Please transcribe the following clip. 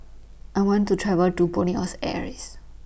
I want to travel to Buenos Aires